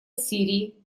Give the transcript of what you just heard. сирии